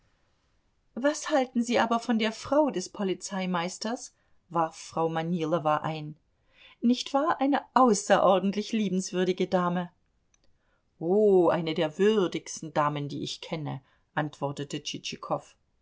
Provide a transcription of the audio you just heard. was halten sie aber von der frau des polizeimeisters warf frau manilow ein nicht wahr eine außerordentlich liebenswürdige dame oh eine der würdigsten damen die ich kenne antwortete